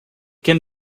can